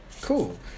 Cool